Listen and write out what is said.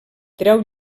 treu